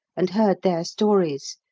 and heard their stories.